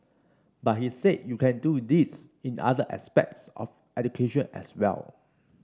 but he said you can do this in other aspects of education as well